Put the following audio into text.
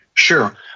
Sure